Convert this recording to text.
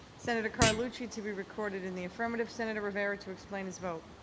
senator carlucci to be recorded in the affirmative. senator rivera to explain his vote.